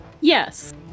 Yes